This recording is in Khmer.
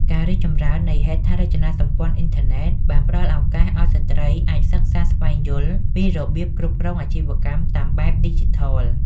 ការរីកចម្រើននៃហេដ្ឋារចនាសម្ព័ន្ធអ៊ីនធឺណិតបានផ្ដល់ឱកាសមាសឱ្យស្ត្រីអាចសិក្សាស្វែងយល់ពីរបៀបគ្រប់គ្រងអាជីវកម្មតាមបែបឌីជីថល។